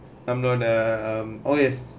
I'm not uh oh yes